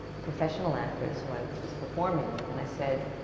professional actors who i was performing with, and i said,